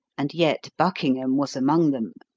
and yet buckingham was among them.